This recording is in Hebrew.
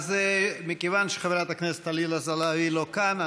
מכיוון שחברת הכנסת עליזה לביא לא כאן,